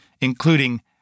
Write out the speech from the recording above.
including